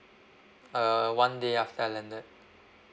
uh one day after I landed